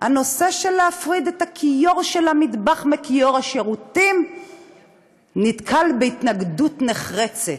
הנושא של להפריד את הכיור של המטבח מכיור השירותים נתקל בהתנגדות נחרצת.